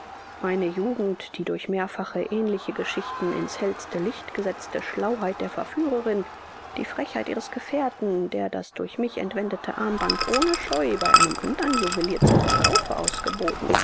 meine jugend die durch mehrfache ähnliche geschichten in's hellste licht gesetzte schlauheit der verführerin die frechheit ihres gefährten der das durch mich entwendete armband ohne scheu bei einem andern juwelier zum verkaufe ausgeboten